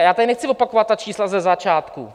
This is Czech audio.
Já tady nechci opakovat ta čísla ze začátku.